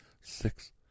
six